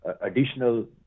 additional